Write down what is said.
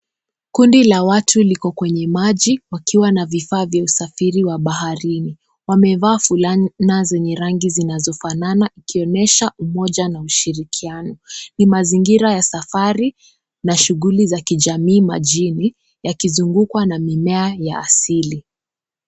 Kundi la watu liko kwenye maji wakiwa na vifaa vya usafiri wa baharini. Wamevaa fulana zenye rangi zinazofanana ikionyesha umoja na ushirikiano . Ni mazingira ya safari na shughuli za kijamii majini yakizungukwa mimea ya asili.